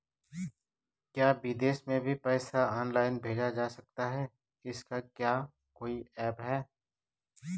क्या विदेश में भी पैसा ऑनलाइन भेजा जा सकता है इसका क्या कोई ऐप है?